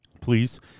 please